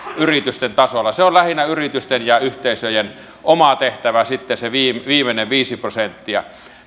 yritysten tasolla se on lähinnä yritysten ja yhteisöjen oma tehtävä sitten se viimeinen viisi prosenttia